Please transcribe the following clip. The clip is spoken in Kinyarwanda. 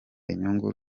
inyungu